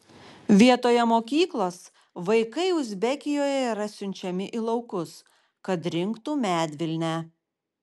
vietoje mokyklos vaikai uzbekijoje yra siunčiami į laukus kad rinktų medvilnę